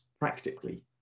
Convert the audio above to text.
practically